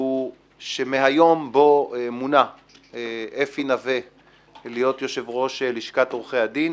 הוא שמהיום בו מונה אפי נוה להיות יושב-ראש לשכת עורכי הדין,